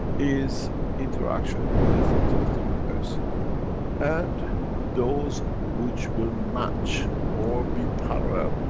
is interaction with the fields of the universe and those which will match, or be parallel,